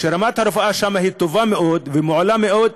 שרמת הרפואה בהן טובה מאוד ומעולה מאוד,